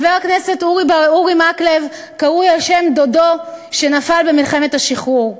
חבר הכנסת אורי מקלב קרוי על שם דודו שנפל במלחמת השחרור.